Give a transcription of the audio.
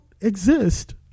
exist